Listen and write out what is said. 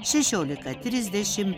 šešiolika trisdešimt